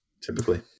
Typically